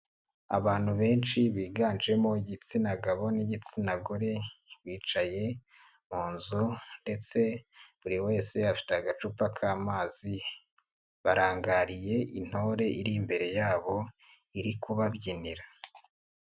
Abantu benshi biganjemo igitsina gabo n'igitsina gore, bicaye mu nzu ndetse buri wese afite agacupa k'amazi, barangariye intore iri imbere yabo iri kubabyinira.